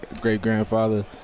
great-grandfather